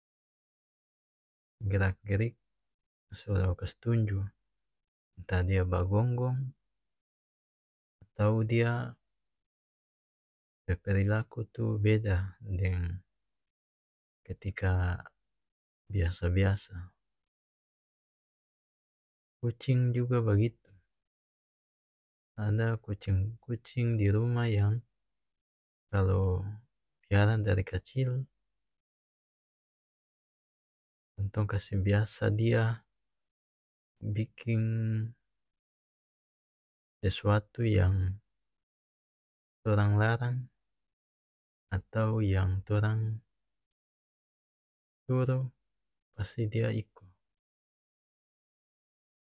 Gerak gerik so kas tunju entah dia bagonggong atau dia pe perilaku tu beda deng ketika biasa biasa kucing juga bagitu ada kucing kucing dirumah yang kalu piara dari kacil kong tong kase biasa dia biking sesuatu yang torang larang atau yang torang suru pasti dia iko